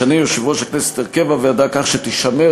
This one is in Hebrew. ישנה יושב-ראש הכנסת את הרכב הוועדה כך שתישמר